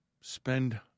spend